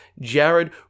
Jared